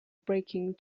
breaking